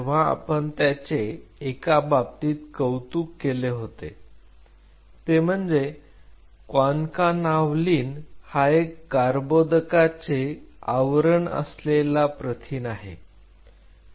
तेव्हा आपण त्याचे एका बाबतीत कौतुक केले होते ते म्हणजे कॉन्कानाव्हलिन हा एक कर्बोदकाचे आवरण असलेला प्रथिन आहे